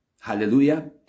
hallelujah